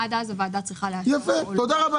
עד אז הוועדה צריכה לאשר אותו,